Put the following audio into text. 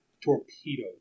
torpedo